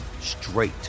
straight